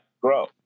grow